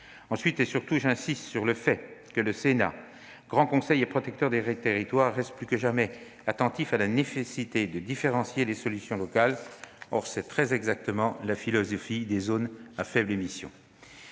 Ensuite et surtout, j'insiste sur le fait que le Sénat, grand conseil et protecteur des territoires, reste plus que jamais attentif à la nécessité de différencier les solutions locales ; or c'est très exactement la philosophie qui a présidé